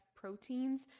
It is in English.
proteins